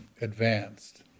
advanced